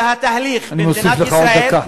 אני מוסיף לך עוד דקה.